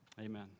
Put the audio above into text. amen